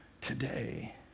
today